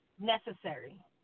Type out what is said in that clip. Necessary